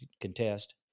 contest